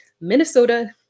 Minnesota